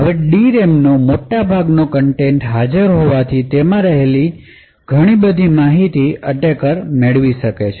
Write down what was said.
હવે d રેમનો મોટાભાગનો કન્ટેન્ટ હાજર હોવાથી તેમાં રહેલ ઘણી બધી માહિતી એટેકર મેળવી શકે છે